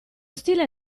stile